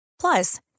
Plus